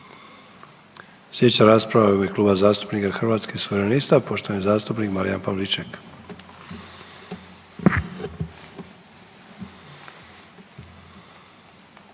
Sljedeća rasprava je i ime Kluba zastupnika Hrvatskih suverenista, poštovani zastupnik Marijan Pavliček.